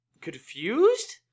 confused